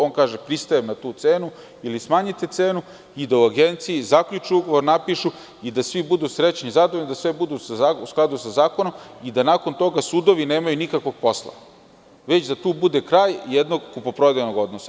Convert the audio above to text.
On kaže – pristajem na tu cenu, ili smanjite cenu, i da u agenciji zaključe ugovor, napišu i da svi budu srećni i zadovoljni, da sve bude u skladu sa zakonom i da nakon toga sudovi nemaju nikakvog posla, već da tu bude kraj jednog kupoprodajnog odnosa.